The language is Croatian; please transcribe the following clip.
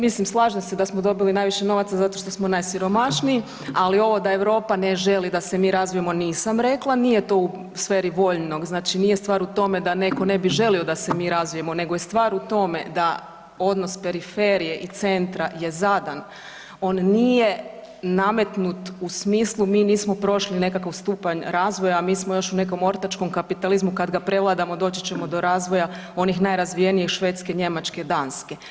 Pa, mislim, slažem se da smo dobili najviše novaca zato što smo najsiromašniji, ali ovo da Europa ne želi da se mi razvijemo, nisam rekla, nije to u sferi voljnog, znači nije stvar u tome da neko ne bi želio da mi razvijemo nego je stvar u tome da odnos periferije i centra je zadan, on nije nametnut u smislu mi nismo prošli nekakav stupanj razvoja, mi smo još u nekom ortačkom kapitalizmu, kad ga prevladamo, doći ćemo do razvoja onih najrazvijenijih, Švedske, Njemačke, Danske.